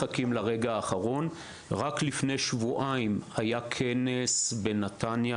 רק לפני שבועיים היה כנס בנתניה,